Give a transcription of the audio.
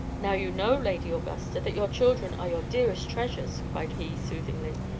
now you know, lady augusta, that your children are your dearest treasures, cried he, soothingly.